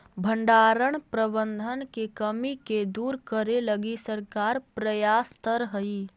भण्डारण प्रबंधन के कमी के दूर करे लगी सरकार प्रयासतर हइ